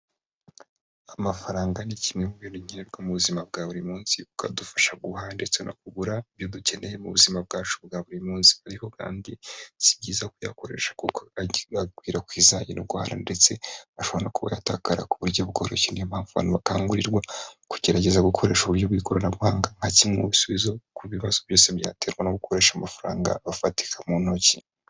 Amafaranga ni kimwe mu bintu nkenerwa mu buzima bwa buri munsi, kuko adufasha guhaha ndetse no kugura ibyo dukeneye mu buzima bwacu bwa buri munsi. Ariko kandi si byiza kuyakoresha kuko akwirakwiza indwara, ndetse ashobora no kuba yatakara ku buryo bworoshye, ni yo mpamvu abantu bakangurirwa kugerageza gukoresha uburyo bw'ikoranabuhanga, nka kimwe mu bisubizo ku bibazo byose byaterwa no gukoresha amafaranga afatika mu ntoki.